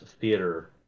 theater